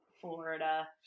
Florida